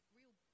real